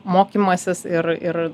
mokymasis ir ir